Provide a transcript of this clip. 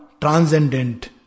transcendent